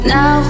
Now